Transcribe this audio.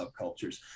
subcultures